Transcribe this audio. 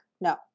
No